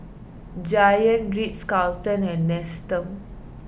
Giant Ritz Carlton and Nestum